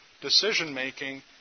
decision-making